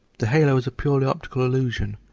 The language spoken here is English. the halo is a purely optical illusion,